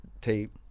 tape